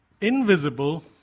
invisible